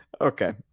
okay